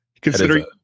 Considering